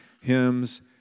hymns